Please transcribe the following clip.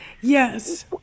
Yes